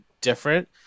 different